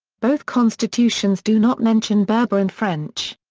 both constitutions do not mention berber and french.